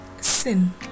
sin